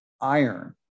iron